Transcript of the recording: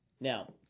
Now